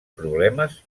problemes